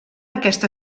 aquesta